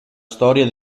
storia